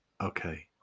okay